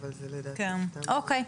אוקי.